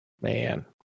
Man